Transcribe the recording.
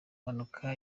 mpanuka